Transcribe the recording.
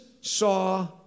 saw